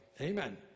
Amen